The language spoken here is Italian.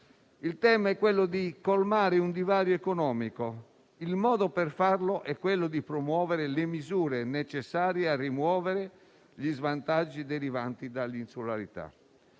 Il tema è quello di colmare un divario economico. Il modo per farlo è promuovere le misure necessarie a rimuovere gli svantaggi derivanti dall'insularità.